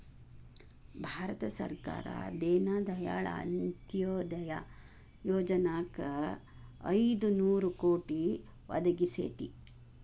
ಭಾರತ ಸರ್ಕಾರ ದೇನ ದಯಾಳ್ ಅಂತ್ಯೊದಯ ಯೊಜನಾಕ್ ಐದು ನೋರು ಕೋಟಿ ಒದಗಿಸೇತಿ